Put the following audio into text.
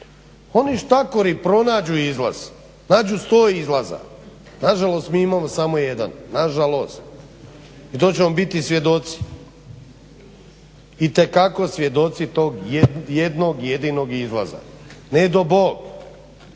oni štakori pronađu izlaz, nađu sto izlaza. Nažalost mi imamo samo jedan, nažalost i to ćemo biti svjedoci itekako svjedoci tog jednog jedinog izlaza. Nedo Bog